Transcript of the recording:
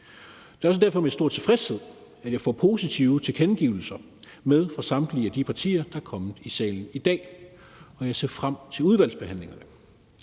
Det er derfor også med stor tilfredshed, at jeg får positive tilkendegivelser fra samtlige af de partier, der er kommet i salen i dag, og jeg ser frem til udvalgsbehandlingen.